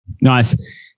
Nice